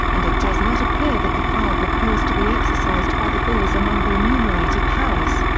and it does not appear that the power proposed to be exercised by the bill is among the enumerated powers.